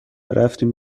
رفتیم